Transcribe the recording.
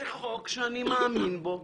זה חוק שאני מאמין בו.